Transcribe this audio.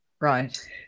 Right